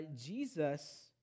Jesus